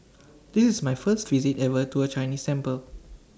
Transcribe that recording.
this is my first visit ever to A Chinese sample